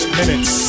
minutes